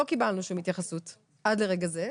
לא קיבלנו שום התייחסות עד לרגע זה.